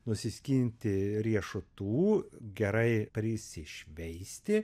nusiskinti riešutų gerai prisišveisti